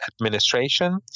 administration